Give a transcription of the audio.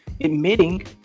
admitting